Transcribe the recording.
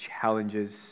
challenges